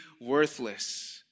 worthless